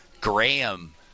Graham